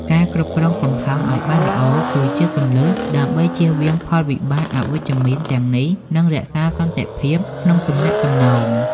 ការគ្រប់គ្រងកំហឹងឱ្យបានល្អ គឺជាគន្លឹះដើម្បីជៀសវាងផលវិបាកអវិជ្ជមានទាំងនេះ និងរក្សាសន្តិភាពក្នុងទំនាក់ទំនង។